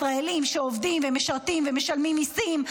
ישראלים שעובדים ומשרתים ומשלמים מיסים,